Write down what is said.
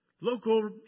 Local